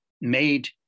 made